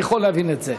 אני יכול להבין את זה.